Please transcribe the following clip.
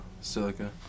silica